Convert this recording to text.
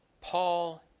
Paul